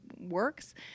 works